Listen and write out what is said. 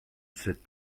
sept